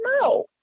No